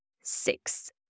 six